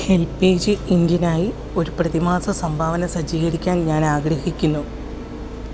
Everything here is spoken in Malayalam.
ഹെൽപ്പേജ് ഇൻറ്റിനായി ഒരു പ്രതിമാസ സംഭാവന സജ്ജീകരിക്കാൻ ഞാൻ ആഗ്രഹിക്കുന്നു